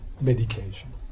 medication